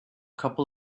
couple